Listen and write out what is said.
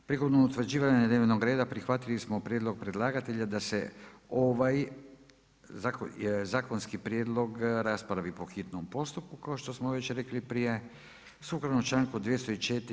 Prigodom utvrđivanja dnevnog reda prihvatili smo prijedlog predlagatelja da se ovaj zakonski prijedlog raspravi po hitnom postupku kao što smo već rekli prije sukladno članku 204.